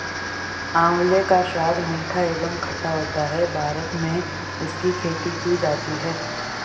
आंवले का स्वाद मीठा एवं खट्टा होता है भारत में इसकी खेती की जाती है